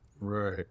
Right